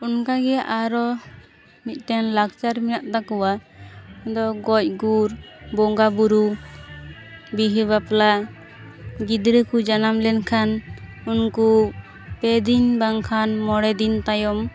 ᱚᱱᱠᱟᱜᱮ ᱟᱨᱚ ᱢᱤᱫᱴᱮᱱ ᱞᱟᱠᱪᱟᱨ ᱢᱮᱱᱟ ᱛᱟᱠᱚᱣᱟ ᱚᱱᱟ ᱫᱚ ᱜᱚᱡᱼᱜᱩᱨ ᱵᱚᱸᱜᱟᱼᱵᱩᱨᱩ ᱵᱤᱦᱟᱹᱼᱵᱟᱯᱞᱟ ᱜᱤᱫᱽᱨᱟᱹ ᱠᱚ ᱡᱟᱱᱟᱢ ᱞᱮᱱ ᱠᱷᱟᱱ ᱩᱱᱠᱩ ᱯᱮ ᱫᱤᱱ ᱵᱟᱝᱠᱷᱟᱱ ᱢᱚᱬᱮ ᱫᱤᱱ ᱛᱟᱭᱚᱢ